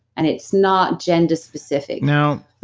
and it's not gender-specific now,